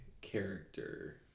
character